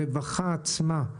הרווחה עצמה,